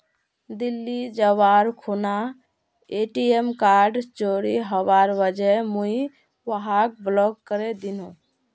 दिल्ली जबार खूना ATM card चोरी हबार वजह मुई वहाक ब्लॉक करे दिनु